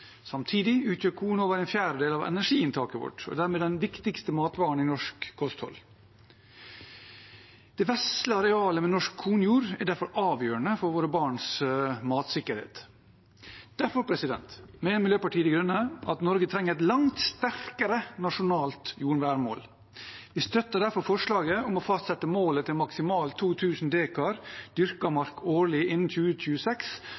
Samtidig utgjør korn over en fjerdedel av energiinntaket vårt og er dermed den viktigste matvaren i norsk kosthold. Det vesle arealet med norsk kornjord er derfor avgjørende for våre barns matsikkerhet. Miljøpartiet De Grønne mener at Norge trenger et langt sterkere nasjonalt jordvernmål. Vi støtter derfor forslaget om å fastsette målet til maksimalt 2 000 dekar dyrket mark årlig innen 2026.